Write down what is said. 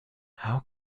how